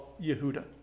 Yehuda